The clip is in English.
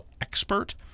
expert